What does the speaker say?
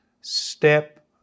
step